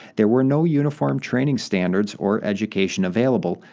there were no uniform training standards or education available,